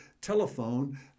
telephone